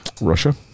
Russia